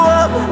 up